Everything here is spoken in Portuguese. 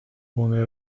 boné